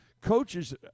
coaches